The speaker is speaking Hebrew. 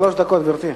שלוש דקות, גברתי.